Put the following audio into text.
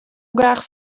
graach